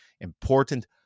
important